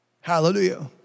Hallelujah